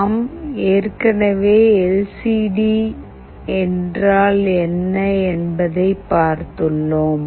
நாம் ஏற்கனவே எல்சிடி என்றால் என்ன என்பதை பார்த்துள்ளோம்